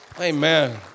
Amen